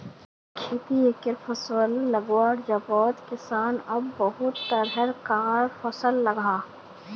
खेतित एके फसल लगवार जोगोत किसान अब बहुत तरह कार फसल लगाहा